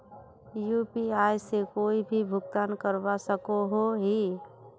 UPI से कोई भी भुगतान करवा सकोहो ही?